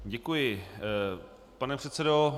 Děkuji, pane předsedo.